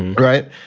right.